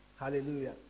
Hallelujah